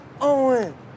Owen